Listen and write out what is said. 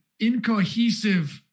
incohesive